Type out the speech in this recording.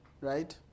Right